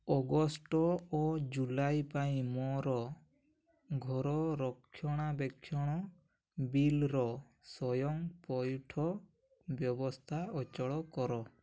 August ଓ July ପାଇଁ ମୋର ଘର ରକ୍ଷଣାବେକ୍ଷଣ ବିଲ୍ର ସ୍ଵୟଂ ପଇଠ ବ୍ୟବସ୍ଥା ଅଚଳ କର